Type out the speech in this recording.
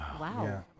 Wow